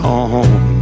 on